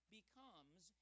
becomes